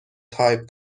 تایپ